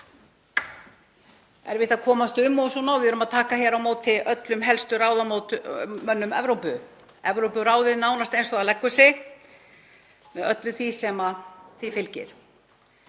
erfitt að komast um og við erum að taka á móti öllum helstu ráðamönnum Evrópu, Evrópuráðinu nánast eins og það leggur sig með öllu sem því fylgir.